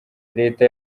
leta